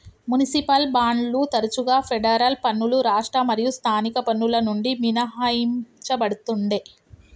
municipal బాండ్లు తరచుగా federal పన్నులు రాష్ట్ర మరియు స్థానిక పన్నుల నుండి మినహాయించబడతుండే